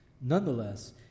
nonetheless